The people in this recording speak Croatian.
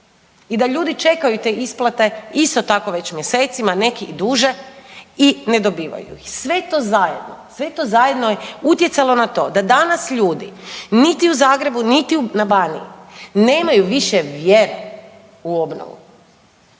i da ljudi čekaju te isplate isto tako već mjesecima, neki i duže i ne dobivaju ih. Sve to zajedno je, sve to zajedno je utjecalo na to da danas ljudi niti u Zagrebu niti na Baniji nemaju više vjere u obnovu.